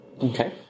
Okay